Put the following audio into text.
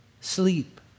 sleep